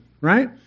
right